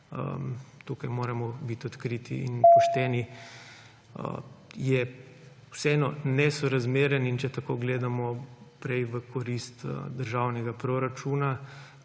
tukaj moramo biti odkriti in pošteni, je vseeno nesorazmeren in, če tako gledamo, prej v korist državnega proračuna